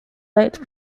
late